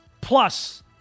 plus